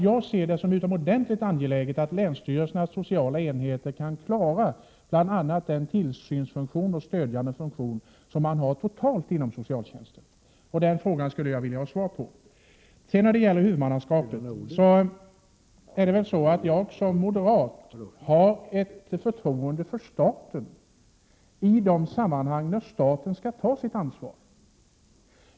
Jag ser det som utomordentligt angeläget att länsstyrelsernas sociala enheter kan klara bl.a. den tillsynsfunktion och den stödjande funktion som helt och hållet åvilar socialtjänsten. Den frågan skulle jag vilja ha svar på. När det sedan gäller huvudmannaskapet har jag som moderat ett förtroende för staten i de sammanhang där staten skall ta sitt ansvar.